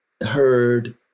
heard